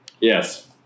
Yes